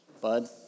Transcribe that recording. Bud